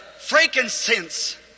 frankincense